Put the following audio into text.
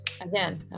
again